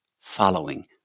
following